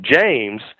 James